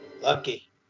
Lucky